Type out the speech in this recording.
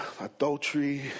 adultery